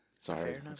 Sorry